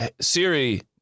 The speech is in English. Siri